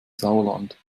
sauerland